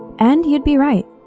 and you'd be right.